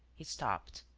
he stopped.